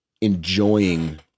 enjoying